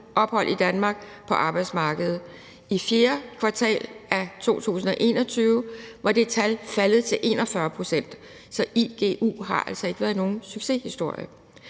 i Danmark på arbejdsmarkedet. I fjerde kvartal af 2021 var det tal faldet til 41 pct., så igu har altså ikke været nogen succeshistorie.